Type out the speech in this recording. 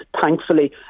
Thankfully